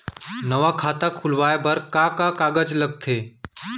नवा खाता खुलवाए बर का का कागज लगथे?